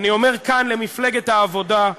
אני אומר כאן למפלגת העבודה: